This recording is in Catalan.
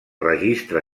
registre